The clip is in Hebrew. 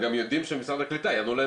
הם גם יודעים שמשרד הקליטה יענו להם